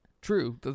true